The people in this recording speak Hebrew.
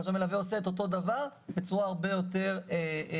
חשב מלווה עושה את אותו דבר בצורה הרבה יותר מהודקת.